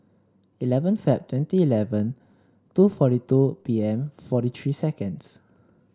eleven Feb twenty eleven two forty two P M forty three seconds